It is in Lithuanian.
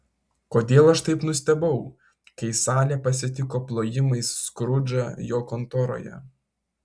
kodėl aš taip nustebau kai salė pasitiko plojimais skrudžą jo kontoroje